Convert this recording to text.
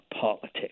politics